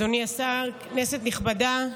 אדוני השר, כנסת נכבדה,